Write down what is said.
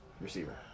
Receiver